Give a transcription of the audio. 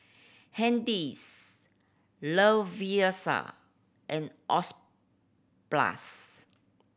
Hardy's Lovisa and Oxyplus